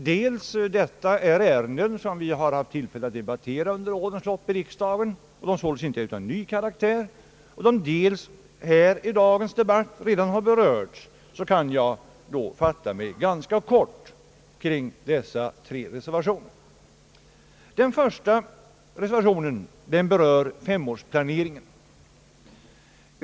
Då detta är ärenden, som vi haft tillfälle att under årens lopp debattera här i riksdagen och som även redan berörts i dagens debatt, kan jag fatta mig ganska kort kring dessa tre reservationer. Den första reservationen berör femårsplaneringen.